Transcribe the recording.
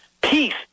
Peace